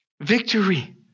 victory